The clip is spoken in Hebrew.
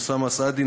אוסאמה סעדי,